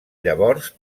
llavors